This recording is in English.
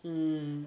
mm